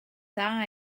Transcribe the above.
dda